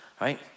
right